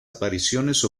apariciones